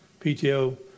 PTO